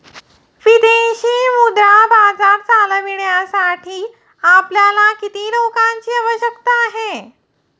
विदेशी मुद्रा बाजार चालविण्यासाठी आपल्याला किती लोकांची आवश्यकता आहे?